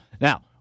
Now